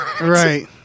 Right